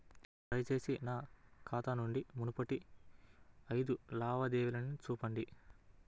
దయచేసి నా ఖాతా నుండి మునుపటి ఐదు లావాదేవీలను చూపండి